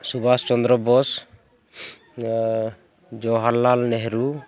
Subhas Chandra Bose Jawaharlal Nehru